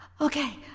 Okay